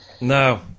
No